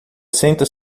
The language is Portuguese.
senta